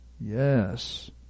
Yes